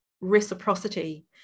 reciprocity